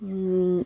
ಹ್ಞೂ